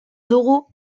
dugu